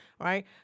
Right